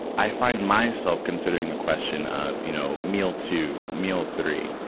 i find myself considering the question of, you know, meal to meal three,